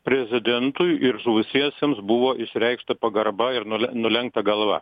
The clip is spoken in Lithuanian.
prezidentui ir žuvusiesiems buvo išreikšta pagarba ir nulenkta galva